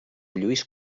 lluís